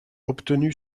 obtenu